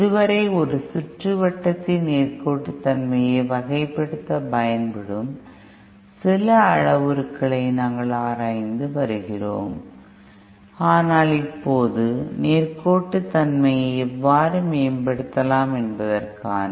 இதுவரை ஒரு சுற்றுவட்டத்தின் நேர்கோட்டுத்தன்மையை வகைப்படுத்தப் பயன்படுத்தப்படும் சில அளவுருக்களை நாங்கள் ஆராய்ந்து வருகிறோம் ஆனால் இப்போது நேர்கோட்டுத்தன்மையை எவ்வாறு மேம்படுத்தலாம் என்பதற்கான